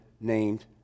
named